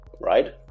right